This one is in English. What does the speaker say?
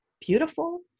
beautiful